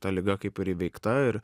ta liga kaip ir įveikta ir